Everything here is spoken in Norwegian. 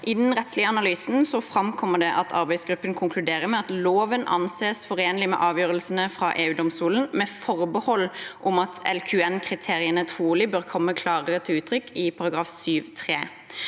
I den rettslige analysen framkommer det at arbeidsgruppen konkluderer med at loven anses forenlig med avgjørelsene fra EU-domstolen, med forbehold om at kriteriene fra La Quadrature du